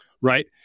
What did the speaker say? right